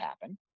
happen